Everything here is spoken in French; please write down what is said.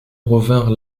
revinrent